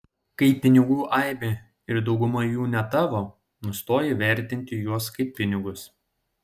kai pinigų aibė ir dauguma jų ne tavo nustoji vertinti juos kaip pinigus